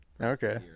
Okay